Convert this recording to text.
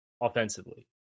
offensively